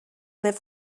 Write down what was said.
live